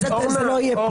אז זה לא יהיה פה.